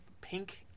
pink